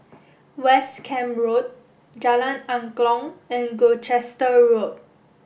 West Camp Road Jalan Angklong and Gloucester Road